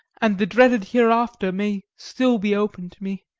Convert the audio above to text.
and the dreaded hereafter may still be open to me.